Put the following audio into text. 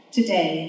Today